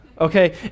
okay